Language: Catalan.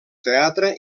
teatre